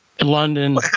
London